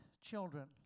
children